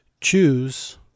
choose